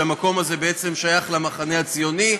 שהמקום הזה בעצם שייך למחנה הציוני,